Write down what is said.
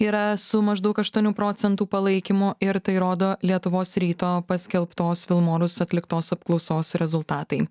yra su maždaug aštuonių procentų palaikymu ir tai rodo lietuvos ryto paskelbtos vilmorus atliktos apklausos rezultatai